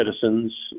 citizens